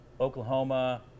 Oklahoma